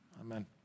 Amen